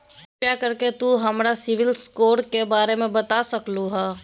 कृपया कर के तों हमर सिबिल स्कोर के बारे में बता सकलो हें?